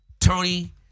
Tony